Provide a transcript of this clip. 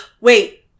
Wait